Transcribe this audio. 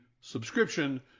subscription